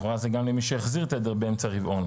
לכאורה זה גם למי שהחזיר תדר באמצע הרבעון.